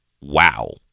wow